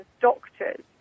doctors